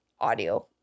audio